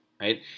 right